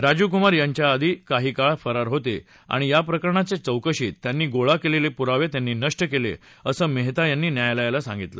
राजीव कुमार याआधी काही काळ फरार होते आणि याप्रकरणाच्या चौकशीत त्यांनी गोळा केलेले पुरावे त्यांनी नष्ट केले असं मेहता यांनी न्यायालयाला सांगितलं